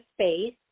space